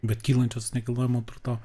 bet kylančios nekilnojamo turto